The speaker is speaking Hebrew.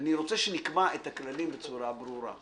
אני רוצה שנקבע את הכללים בצורה ברורה.